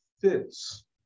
fits